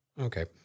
Okay